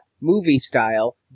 movie-style